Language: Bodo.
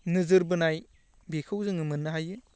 नोजोर बोनाय बेखौ जोङो मोन्नो हायो